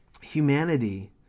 humanity